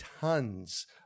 tons